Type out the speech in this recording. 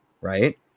right